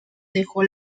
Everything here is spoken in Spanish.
dejó